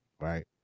right